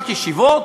רק ישיבות,